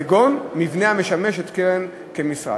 כגון מבנה המשמש את הקרן כמשרד.